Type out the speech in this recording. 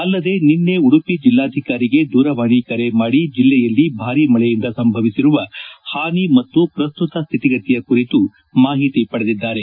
ಅಲ್ಲದೆ ನಿನ್ನೆ ಉಡುಪಿ ಜಿಲ್ಲಾಧಿಕಾರಿಗೆ ದೂರವಾಣಿ ಕರೆ ಮಾಡಿ ಜಲ್ಲೆಯಲ್ಲಿ ಭಾರಿ ಮಳೆಯಿಂದ ಸಂಭವಿಸಿರುವ ಹಾನಿ ಮತ್ತು ಪ್ರಸ್ತುತ ಶ್ಶಿಪಿಗಿತಿಯ ಕುರಿತು ಮಾಹಿತಿ ಪಡೆದಿದ್ದಾರೆ